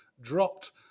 dropped